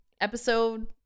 episode